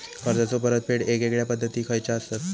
कर्जाचो परतफेड येगयेगल्या पद्धती खयच्या असात?